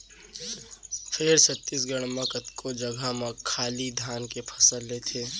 फेर छत्तीसगढ़ म कतको जघा म खाली धाने के फसल लेथें